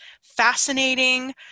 fascinating